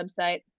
website